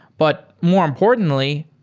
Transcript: but more importantly,